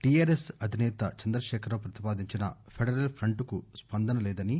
TRS అధినేత చంద్రశేఖర్ రావు ప్రతిపాదించిన federal front కు స్పందన లేదని